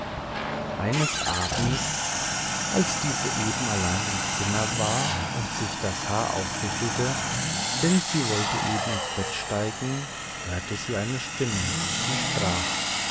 eines abends als diese eben allein im zimmer war und sich das haar aufwickelte denn sie wollte eben ins bett steigen hörte sie eine stimme die sprach